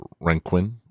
Renquin